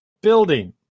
building